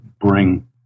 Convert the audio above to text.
bring